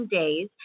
days